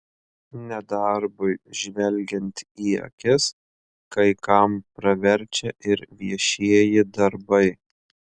nedarbui žvelgiant į akis kai kam praverčia ir viešieji darbai